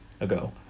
ago